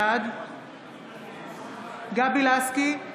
בעד גבי לסקי,